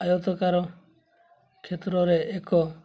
ଆୟତକାର କ୍ଷେତ୍ରରେ ଏକ